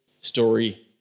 story